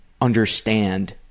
understand